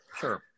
Sure